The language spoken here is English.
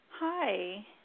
Hi